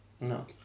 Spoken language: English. No